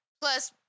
plus